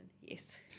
yes